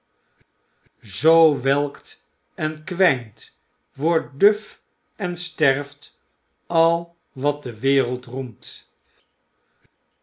zoo wellct en kwijnt wordt duf en sterft al wat de wereld roemt